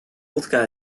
wodka